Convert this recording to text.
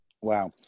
Wow